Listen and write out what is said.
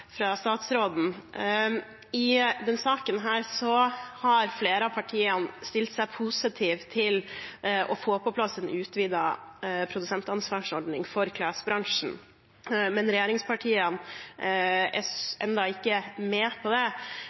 fra statsråden. I denne saken har flere av partiene stilt seg positive til å få på plass en utvidet produsentansvarsordning for klesbransjen, men regjeringspartiene er ennå ikke med på det.